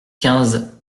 quinze